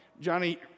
Johnny